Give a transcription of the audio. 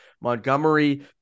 Montgomery